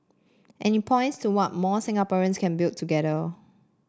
and it points to what more Singaporeans can build together